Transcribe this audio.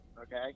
okay